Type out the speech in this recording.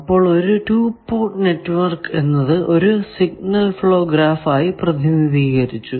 അപ്പോൾ ഒരു 2 port network എന്നത് ഒരു സിഗ്നൽ ഫ്ലോ ഗ്രാഫ് ആയി പ്രതിനിധീകരിച്ചു